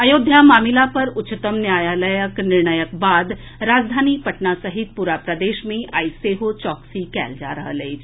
अयोध्या मामिला पर उच्चतम न्यायालयक निर्णयक बाद राजधानी पटना सहित पूरा प्रदेश मे आई सेहो चौकसी कयल जा रहल अछि